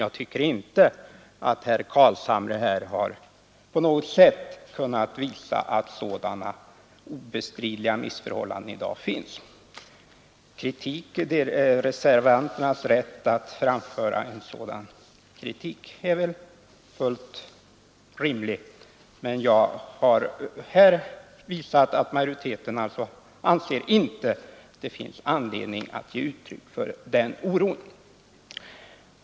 Jag tycker inte att herr Carlshamre här på något sätt har kunnat visa att sådana obestridliga missförhållanden i dag finns. Reservanternas rätt att framföra sådan kritik är väl fullt rimlig. Men jag har här visat att majoriteten inte anser att det finns anledning att ge uttryck för den oron.